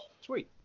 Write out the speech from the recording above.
Sweet